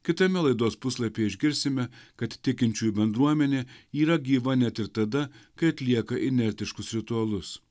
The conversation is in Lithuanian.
kitame laidos puslapyje išgirsime kad tikinčiųjų bendruomenė yra gyva net ir tada kai atlieka inertiškus ritualus